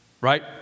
Right